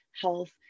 health